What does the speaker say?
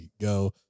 go